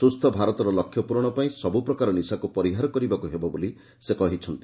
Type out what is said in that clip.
ସୁସ୍ଥ ଭାରତର ଲକ୍ଷ୍ୟ ପୂରଣ ପାଇଁ ସବୁପ୍ରକାର ନିଶାକୁ ପରିହାର କରିବାକୁ ହେବ ବୋଲି ସେ କହିଛନ୍ତି